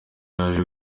yaje